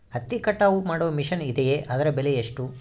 ಹತ್ತಿ ಕಟಾವು ಮಾಡುವ ಮಿಷನ್ ಇದೆಯೇ ಅದರ ಬೆಲೆ ಎಷ್ಟು?